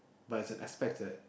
but is an aspect that